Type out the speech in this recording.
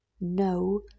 no